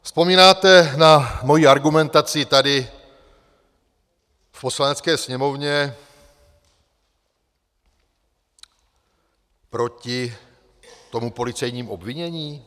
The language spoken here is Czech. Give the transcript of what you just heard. Vzpomínáte na moji argumentaci tady v Poslanecké sněmovně proti tomu policejnímu obvinění?